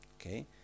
Okay